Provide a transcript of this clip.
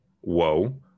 Whoa